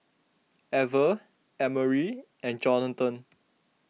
Ever Emery and Johathan